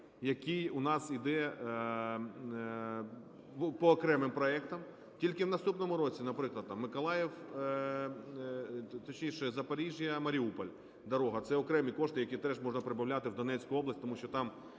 який у нас іде по окремим проектам тільки в наступному році, наприклад, там Миколаїв, точніше, Запоріжжя–Маріуполь дорога. Це окремі кошти, які теж можна прибавляти в Донецьку область, тому що там